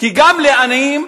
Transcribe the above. כי גם לעניים,